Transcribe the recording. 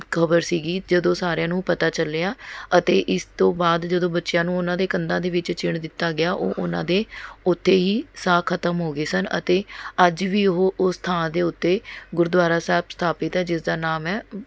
ਖਬਰ ਸੀਗੀ ਜਦੋਂ ਸਾਰਿਆਂ ਨੂੰ ਪਤਾ ਚੱਲਿਆ ਅਤੇ ਇਸ ਤੋਂ ਬਾਅਦ ਜਦੋਂ ਬੱਚਿਆਂ ਨੂੰ ਉਨ੍ਹਾਂ ਦੇ ਕੰਧਾਂ ਦੇ ਵਿੱਚ ਚਿਣ ਦਿੱਤਾ ਗਿਆ ਉਹ ਉਨ੍ਹਾਂ ਦੇ ਉੱਥੇ ਹੀ ਸਾਹ ਖਤਮ ਹੋ ਗਏ ਸਨ ਅਤੇ ਅੱਜ ਵੀ ਉਹ ਉਸ ਥਾਂ ਦੇ ਉੱਤੇ ਗੁਰਦੁਆਰਾ ਸਾਹਿਬ ਸਥਾਪਿਤ ਹੈ ਜਿਸ ਦਾ ਨਾਮ ਹੈ